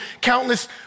countless